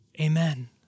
Amen